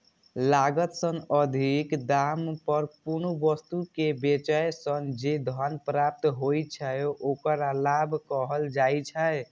लागत सं अधिक दाम पर कोनो वस्तु कें बेचय सं जे धन प्राप्त होइ छै, ओकरा लाभ कहल जाइ छै